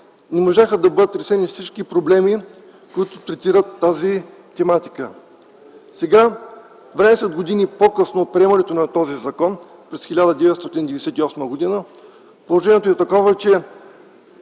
не можаха да бъдат решени всички проблеми, които третират тази тематика. Сега, 12 години по-късно, след приемането на този закон през 1998 г., положението е такова, че